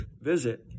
visit